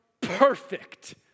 perfect